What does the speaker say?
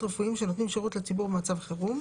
רפואיים שנותנים שירות לציבור במצב חירום.